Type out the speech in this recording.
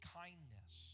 kindness